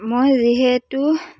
মই যিহেতু